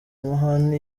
amahane